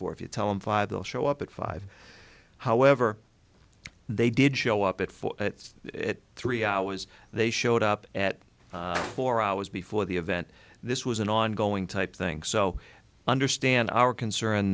four if you tell them five they'll show up at five however they did show up at for three hours they showed up at four hours before the event this was an ongoing type thing so i understand our concern